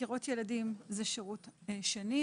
חקירות ילדים זה שירות שני,